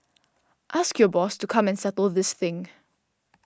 ask your boss to come and settle this thing